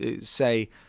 say